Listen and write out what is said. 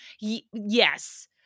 Yes